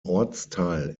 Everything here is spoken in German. ortsteil